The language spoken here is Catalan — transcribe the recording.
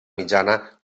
mitjana